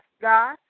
God